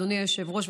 אדוני היושב-ראש,